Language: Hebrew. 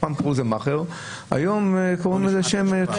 פעם קראו לזה מאכער, היום קוראים לזה "מתווך".